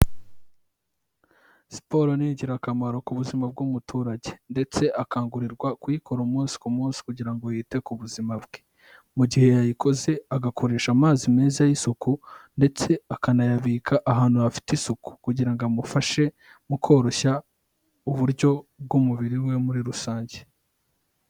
Siporo ni ingirakamaro ku buzima bw'umuturage ndetse akangurirwa kuyikora umunsi ku munsi kugira ngo yite ku buzima bwe, mu gihe yayikoze agakoresha amazi meza y'isuku ndetse akanayabika ahantu hafite isuku kugira amufashe mu koroshya uburyo bw'umubiri wiwe muri rusange.